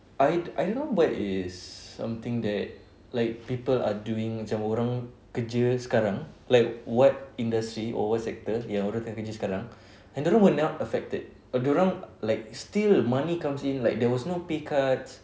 I do~ I don't know what is something that like people are doing macam orang macam kerja sekarang like what industry or what sector yang orang tengah kerja sekarang yang dorang were not affected dorang like still money comes in like there was no pay cuts